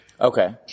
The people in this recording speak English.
Okay